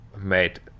made